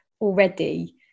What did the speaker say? already